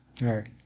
right